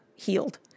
healed